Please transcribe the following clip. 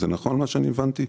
זה נכון מה שאני הבנתי?